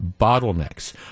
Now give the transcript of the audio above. bottlenecks